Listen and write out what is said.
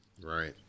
Right